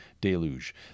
deluge